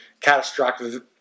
catastrophic